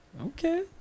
Okay